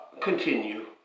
Continue